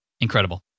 Incredible